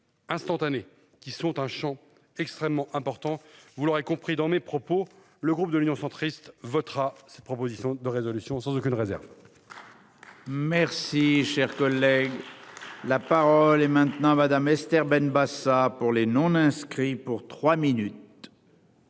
instantanées qui sont un Champ extrêmement important. Vous l'aurez compris dans mes propos. Le groupe de l'Union centriste votera cette proposition de résolution sans aucune réserve. Merci cher collègue. La parole est maintenant Madame Esther Benbassa pour les non inscrits pour 3 minutes.